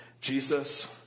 Jesus